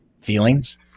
feelings